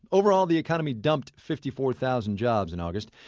overall, the economy dumped fifty four thousand jobs in august.